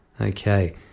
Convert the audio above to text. okay